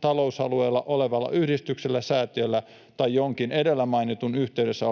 talousalueella olevalle yhdistykselle, säätiölle tai jonkin edellä mainitun yhteydessä